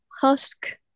husk